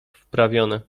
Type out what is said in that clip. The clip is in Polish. wprawione